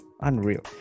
unreal